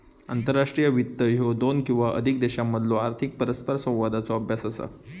आंतरराष्ट्रीय वित्त ह्या दोन किंवा अधिक देशांमधलो आर्थिक परस्परसंवादाचो अभ्यास असा